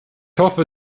hoffe